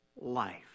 life